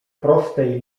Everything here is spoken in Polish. prostej